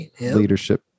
leadership